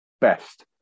best